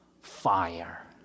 fire